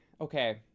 okay